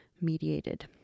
mediated